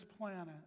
planet